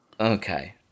Okay